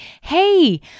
hey